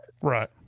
Right